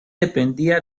dependía